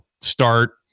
start